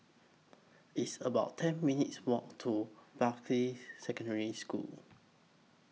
It's about ten minutes' Walk to Bartley Secondary School